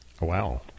wow